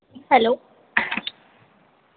hello